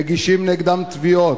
מגישים נגדם תביעות,